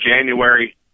January